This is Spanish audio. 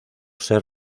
ser